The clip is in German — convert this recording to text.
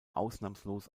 ausnahmslos